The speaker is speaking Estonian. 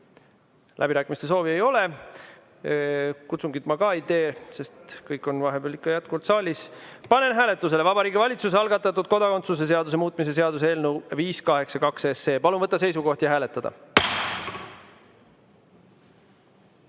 Läbirääkimiste soovi ei ole. Kutsungit ma ka ei tee, sest kõik on ikka saalis. Panen hääletusele Vabariigi Valitsuse algatatud kodakondsuse seaduse muutmise seaduse eelnõu 582. Palun võtta seisukoht ja hääletada!